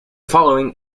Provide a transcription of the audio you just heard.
following